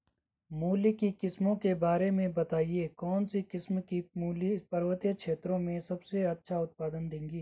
मूली की किस्मों के बारे में बताइये कौन सी किस्म की मूली पर्वतीय क्षेत्रों में सबसे अच्छा उत्पादन देंगी?